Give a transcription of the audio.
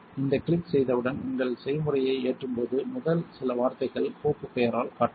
இந்தக் கிளிக் செய்தவுடன் உங்கள் செய்முறையை ஏற்றும்போது முதல் சில வார்த்தைகள் கோப்புப் பெயரால் காட்டப்படும்